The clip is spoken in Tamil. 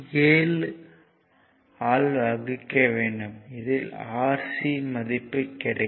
47 ஆல் வகுக்க வேண்டும் இதில் Rc மதிப்பு கிடைக்கும்